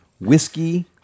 whiskey